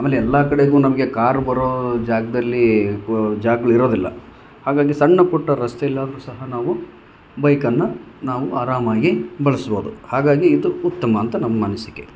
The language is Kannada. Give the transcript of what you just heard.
ಆಮೆಲ್ಲೆಲ್ಲ ಕಡೆಗು ನಮಗೆ ಕಾರ್ ಬರೋ ಜಾಗದಲ್ಲಿ ಜಾಗಗಳಿರೋದಿಲ್ಲ ಹಾಗಾಗಿ ಸಣ್ಣ ಪುಟ್ಟ ರಸ್ತೆಲ್ಲಾದರು ಸಹ ನಾವು ಬೈಕನ್ನು ನಾವು ಆರಾಮಾಗಿ ಬಳಸ್ಬೋದು ಹಾಗಾಗಿ ಇದು ಉತ್ತಮ ಅಂತ ನಮ್ಮ ಅನಿಸಿಕೆ